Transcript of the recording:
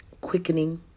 quickening